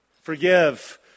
Forgive